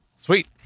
Sweet